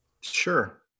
Sure